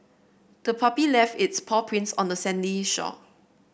the puppy left its paw prints on the sandy shore